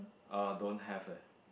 uh don't have eh